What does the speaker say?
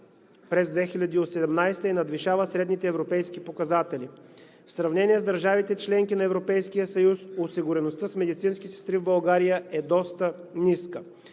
през 2018 г. и надвишава средните европейски показатели. В сравнение с държавите – членки на Европейския съюз, осигуреността с медицински сестри в България е доста ниска.